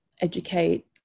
educate